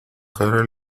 cara